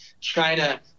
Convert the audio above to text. China